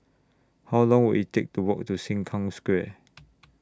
How Long Will IT Take to Walk to Sengkang Square